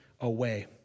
away